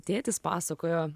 tėtis pasakojo